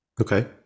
Okay